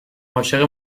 عاشق